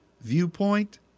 viewpoint